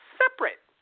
separate